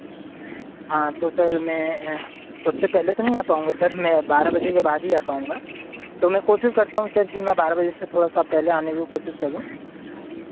हाँ तो सर मैं उससे पहले तो नहीं आ पाऊँगा सर मैं बारह बजे के बाद ही आ पाऊँगा तो मैं कोशिश करता हूँ सर कि मैं बारह बजे से थोड़ा सा पहले आने की कोशिश करूँ